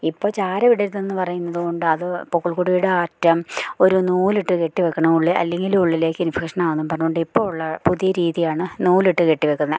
ഇപ്പം ചാരമിടരുതെന്നു പറയുന്നത് കൊണ്ടത് പൊക്കിൾക്കൊടിയുടെ അറ്റം ഒരു നൂലിട്ട് കെട്ടി വെക്കണം ഉള്ളത് അല്ലെങ്കിലുള്ളിലേക്ക് ഇൻഫെക്ഷനാകുന്നു പറഞ്ഞു കൊണ്ടിപ്പുള്ള പുതിയ രീതിയാണ് നൂലിട്ട് കെട്ടി വെക്കുന്നത്